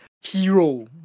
Hero